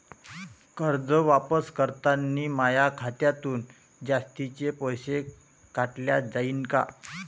कर्ज वापस करतांनी माया खात्यातून जास्तीचे पैसे काटल्या जाईन का?